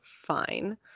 fine